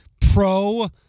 pro